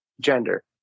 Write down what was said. gender